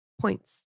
points